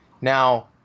Now